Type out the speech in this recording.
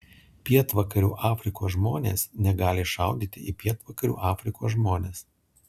pietvakarių afrikos žmonės negali šaudyti į pietvakarių afrikos žmones